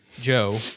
Joe